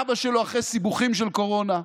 אבא שלו אחרי סיבוכים של קורונה.